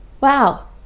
Wow